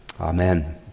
Amen